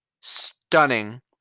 stunning